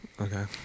Okay